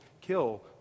kill